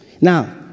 Now